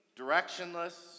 directionless